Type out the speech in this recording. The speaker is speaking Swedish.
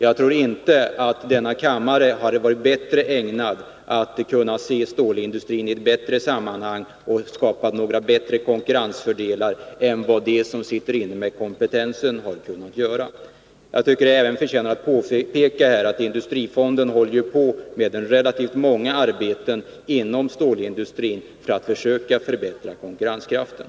Jag tror inte att denna kammare hade varit bättre ägnad att se stålindustrin i ett sammanhang och hade kunnat skapa bättre konkurrensfördelar än vad de som sitter inne med kompetensen har kunnat göra. Jag tycker även att det förtjänar påpekas att industrifonden håller på med relativt många arbeten inom stålindustrin för att försöka förbättra konkurrenskraften.